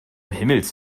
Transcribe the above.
himmels